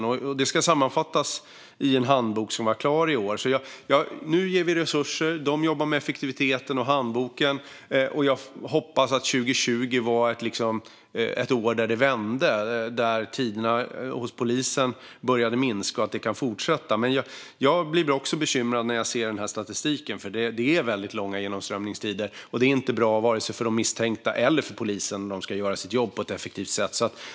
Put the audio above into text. Detta ska sammanfattas i en handbok som ska bli klar i år. Nu ger vi resurser, de jobbar med effektiviteten och handboken och jag hoppas att 2020 var ett år då det vände och då tiderna hos polisen började minska. Jag hoppas också att det kan fortsätta. Men även jag blir bekymrad när jag ser statistiken, för det är väldigt långa genomströmningstider. Det är inte bra vare sig för de misstänkta eller för polisen när de ska göra sitt jobb på ett effektivt sätt.